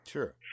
Sure